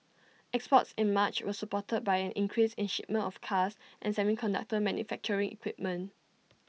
exports in March were supported by an increase in shipments of cars and semiconductor manufacturing equipment